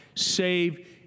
save